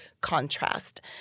contrast